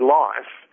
life